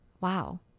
wow